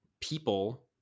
people